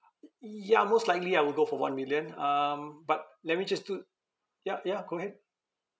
y~ ya most likely I will go for one million um but let me just do yup ya go ahead